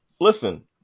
listen